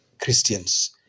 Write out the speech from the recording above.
Christians